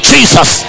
Jesus